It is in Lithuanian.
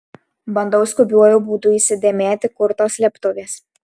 bandau skubiuoju būdu įsidėmėti kur tos slėptuvės